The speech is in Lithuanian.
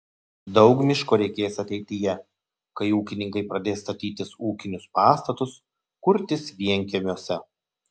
daug miško reikės ateityje kai ūkininkai pradės statytis ūkinius pastatus kurtis vienkiemiuose